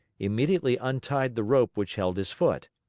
immediately untied the rope which held his foot.